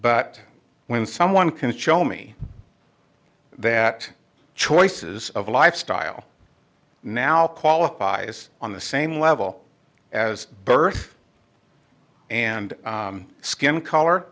but when someone can show me that choices of lifestyle now qualifies on the same level as birth and skin